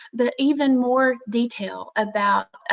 but even more detail about, ah